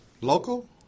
Local